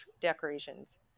decorations